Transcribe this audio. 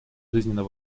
жизненно